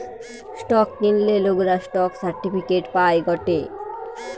stock কিনলে লোকরা stock certificate পায় গটে